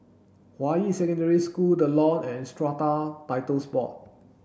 Hua Yi Secondary School The Lawn and Strata Titles Board